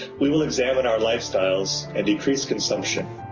we will examine our lifestyles and decrease consumption.